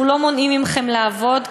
אנחנו לא מונעים מכם לעבוד,